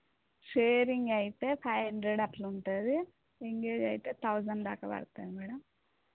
sharing అయితే five hundred అట్లుంటుంది engage అయితే తౌజండ్ అట్ట పడుతుంది మేడం